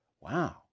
Wow